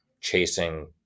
chasing